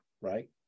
right